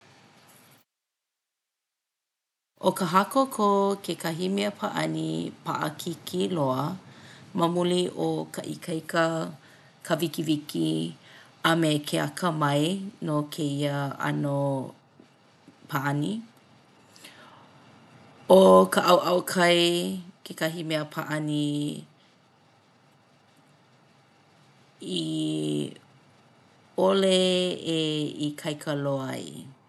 ʻO ka hakoko kekahi mea pāʻani paʻakiki loa ma muli o ka ikaika, ka wikiwiki a me ke akamai no kēia ʻano pāʻani. ʻO ka ʻauʻau kai kekahi mea pāʻani i ʻole e ikaika loa ai.